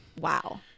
Wow